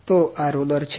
તો આ રોલર છે